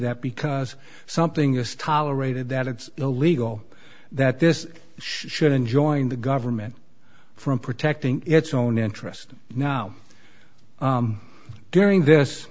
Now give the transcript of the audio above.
that because something is tolerated that it's illegal that this should enjoying the government from protecting its own interest now during this